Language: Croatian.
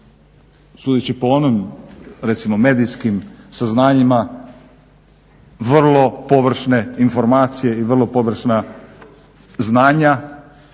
sudeći po onim medijskim saznanjima vrlo površne informacije i vrlo površna znanja